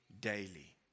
daily